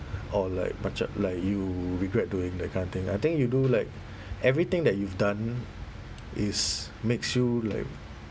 or like macam like you regret doing that kind of thing I think you do like everything that you've done is makes you like